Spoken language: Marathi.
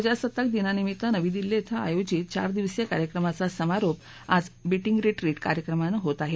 प्रजासत्ताक दिनानिमित्त नवी दिल्ली इथं आयोजित चार दिवसीय कार्यक्रमाचा समारोप आज बीटिंग रीट्रिट कार्यक्रमानं होत आहे